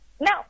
No